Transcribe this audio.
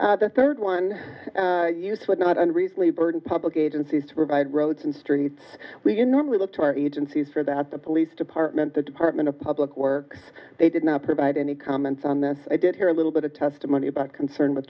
the third one would not and recently burden public agencies to provide roads and streets you normally look to our agencies for that the police department the department of public works they did not provide any comments on this i did hear a little bit of testimony about concern with